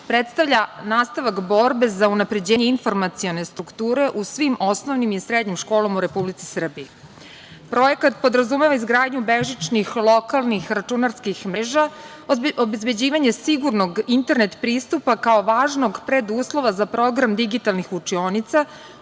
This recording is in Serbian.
predstavlja nastavak borbe za unapređenje informacione strukture u svim osnovnim i srednjim školama u Republici Srbiji. Projekat podrazumeva izgradnju bežičnih lokalnih računarskih mreža, obezbeđivanje sigurnog internet pristupa kao važnog preduslova za program digitalnih učionica,